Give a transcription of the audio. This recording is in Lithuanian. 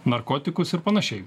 narkotikus ir panašiai